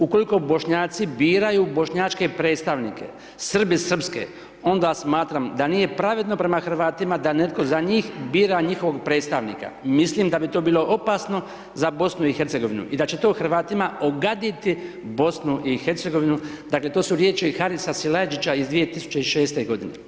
Ukoliko Bošnjaci biraju bošnjačke predstavnike, Srbi srpske, onda smatram da nije pravedno prema Hrvatima da netko za njih bira njihovog predstavnika, mislim da bi to bilo opasno za BiH i da će to Hrvatima ogaditi BiH, dakle to su riječi Harisa Silajdžića iz 2006. godine.